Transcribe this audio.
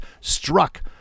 struck